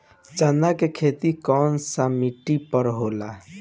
चन्ना के खेती कौन सा मिट्टी पर होला?